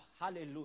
hallelujah